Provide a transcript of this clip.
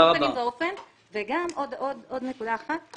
עוד נקודה אחת.